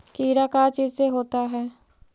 कीड़ा का चीज से होता है?